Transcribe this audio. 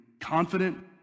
Confident